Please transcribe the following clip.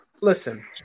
listen